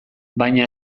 baina